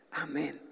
Amen